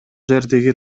жердеги